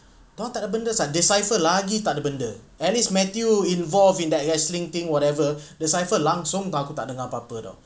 dia orang takde benda sia decipher lagi takde benda at least matthew involved in that wrestling thing whatever decipher langsung aku tak dengar apa-apa [tau]